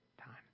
time